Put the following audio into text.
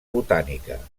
botànica